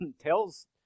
tells